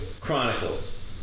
Chronicles